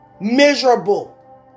Miserable